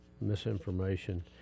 misinformation